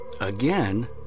again